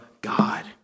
God